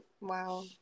Wow